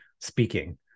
speaking